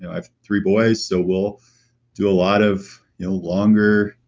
i have three boys, so we'll do a lot of you know longer,